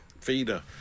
Feeder